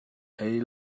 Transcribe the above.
hlei